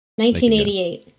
1988